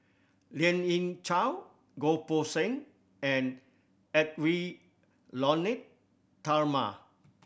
Lien Ying Chow Goh Poh Seng and Edwy Lyonet Talma